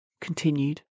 continued